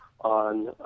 on